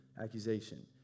accusation